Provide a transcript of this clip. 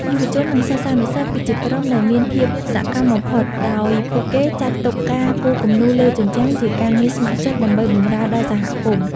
យុវជន និងសិស្សានុសិស្ស គឺជាក្រុមដែលមានភាពសកម្មបំផុត ដោយពួកគេចាត់ទុកការគូរគំនូរលើជញ្ជាំងជាការងារស្ម័គ្រចិត្តដើម្បីបម្រើដល់សហគមន៍។